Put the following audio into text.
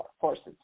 forces